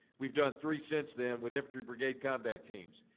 we've done three since then with infantry brigade combat teams.